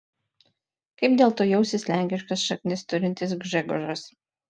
kaip dėl to jausis lenkiškas šaknis turintis gžegožas